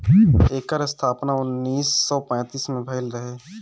एकर स्थापना उन्नीस सौ पैंतीस में भइल रहे